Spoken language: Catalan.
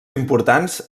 importants